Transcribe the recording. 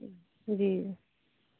जी